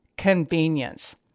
Convenience